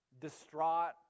distraught